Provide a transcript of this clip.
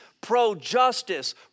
pro-justice